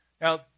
Now